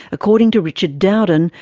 according to richard dowden,